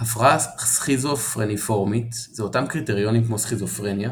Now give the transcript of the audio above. הפרעה סכיזופרניפורמית זה אותם קריטריונים כמו סכיזופרניה